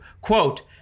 Quote